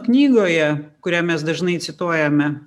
knygoje kurią mes dažnai cituojame